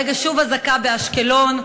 הרגע שוב אזעקה באשקלון.